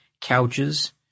couches